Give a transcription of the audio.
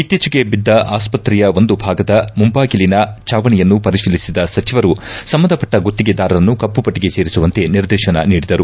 ಇತ್ತೀಚೆಗೆ ಬಿದ್ದ ಆಸ್ಪತ್ರೆಯ ಒಂದು ಭಾಗದ ಮುಂಬಾಗಿಲಿನ ಚಾವಣಿಯನ್ನು ಪರಿಶೀಲಿಸಿದ ಸಚಿವರು ಸಂಬಂಧಪಟ್ಟ ಗುತ್ತಿಗೆದಾರರನ್ನು ಕಮ್ಪ ಪಟ್ಟಿಗೆ ಸೇರಿಸುವಂತೆ ನಿರ್ದೇಶನ ನೀಡಿದರು